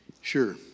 Sure